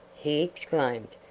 he exclaimed,